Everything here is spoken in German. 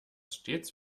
stets